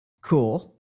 cool